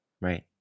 Right